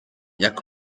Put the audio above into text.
jak